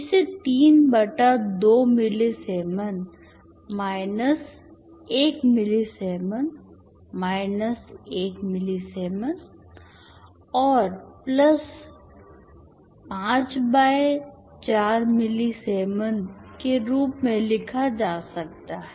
इसे 3 बटा 2 millisiemens minus 1 millisiemens minus 1 millisiemens और प्लस 5 बाय 4 मिलिसिएमेन के रूप में लिखा जा सकता है